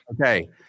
Okay